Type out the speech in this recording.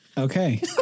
okay